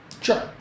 Sure